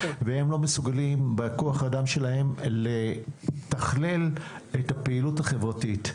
והם לא מסוגלים בכוח האדם שלהם לתכלל את הפעילות החברתית.